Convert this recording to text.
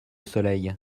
soleil